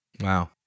Wow